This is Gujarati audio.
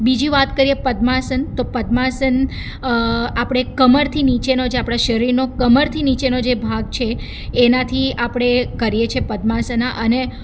બીજી વાત કરીએ પદ્માસન તો પદ્માસન આપણે કમરથી નીચેનો જે આપણા શરીરનો કમરથી નીચેનો જે ભાગ છે એનાથી આપણે કરીએ છીએ પદ્માસના અને